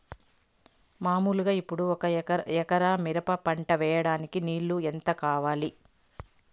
మామూలుగా ఇప్పుడు ఒక ఎకరా మిరప పంట వేయడానికి నీళ్లు ఎంత కావాలి?